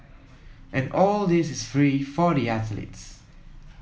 and all this is free for the athletes